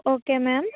okay ma'am